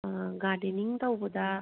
gardening ꯇꯧꯕꯗ